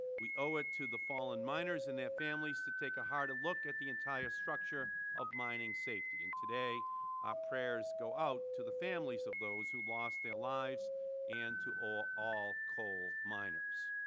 we owe it to the fallen miners and their families to take a harder look at the entire structure of mining safety, and today our prayers go out to the families of those who lost their lives and to all all coal miners.